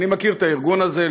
אני מכיר את הארגון הזה,